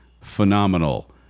phenomenal